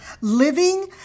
Living